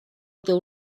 teu